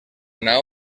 nau